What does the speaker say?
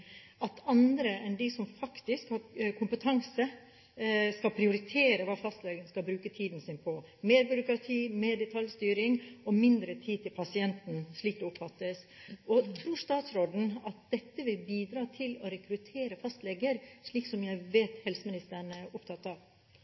at andre enn de som faktisk har kompetanse, skal prioritere hva fastlegen skal bruke tiden sin på. Mer byråkrati, mer detaljstyring og mindre tid til pasienten – slik oppfattes det. Tror statsråden at dette vil bidra til å rekruttere fastleger, noe jeg vet helseministeren er opptatt av?